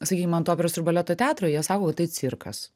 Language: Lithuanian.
sakykim ant operos ir baleto teatro jie sako kad tai cirkas